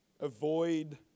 Avoid